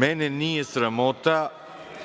)Mene nije sramota,